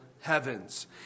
heavens